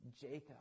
Jacob